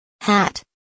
hat